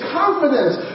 confidence